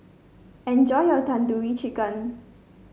enjoy your Tandoori Chicken